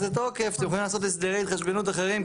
לתוקף אתם יכולים לעשות הסדרי התחשבנות אחרים,